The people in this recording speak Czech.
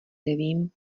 nevím